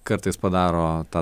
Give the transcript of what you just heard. kartais padaro tą